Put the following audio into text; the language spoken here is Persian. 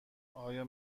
آیا